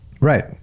Right